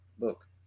book